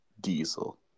diesel